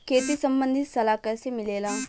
खेती संबंधित सलाह कैसे मिलेला?